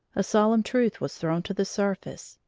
a solemn truth was thrown to the surface,